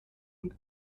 und